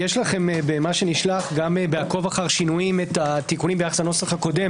יש לכם במה שנשלח גם בעקוב אחר שינויים את התיקונים ביחס לנוסח הקודם